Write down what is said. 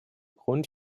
grund